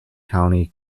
county